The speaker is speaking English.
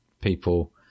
people